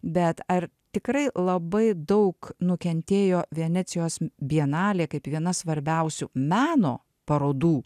bet ar tikrai labai daug nukentėjo venecijos bienalė kaip viena svarbiausių meno parodų